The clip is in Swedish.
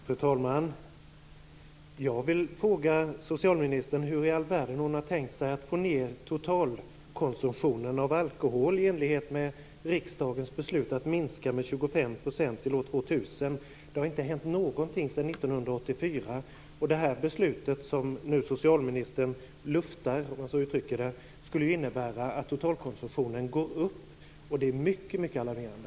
Fru talman! Hur i all världen har socialministern tänkt sig att få ned totalkonsumtionen av alkohol i enlighet med riksdagens beslut om att minska den med 25 % till år 2000? Det har ju inte hänt någonting sedan 1984. Det beslut som socialministern nu "luftar" skulle innebära att totalkonsumtionen går upp. Det är mycket alarmerande.